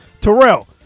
Terrell